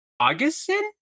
Augustin